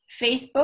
Facebook